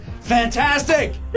Fantastic